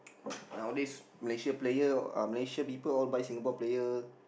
nowadays Malaysia player uh Malaysia people all buy Singapore player